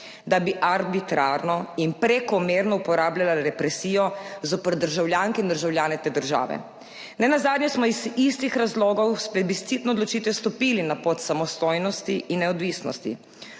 da bi arbitrarno in prekomerno uporabljala represijo zoper državljanke in državljane te države. Nenazadnje smo iz istih razlogov s plebiscitno odločitvijo stopili na pot samostojnosti in neodvisnosti,